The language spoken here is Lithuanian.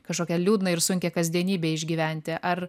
kažkokią liūdną ir sunkią kasdienybę išgyventi ar